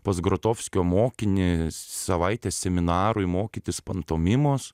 pas grotofskio mokinį savaitę seminarui mokytis pantomimos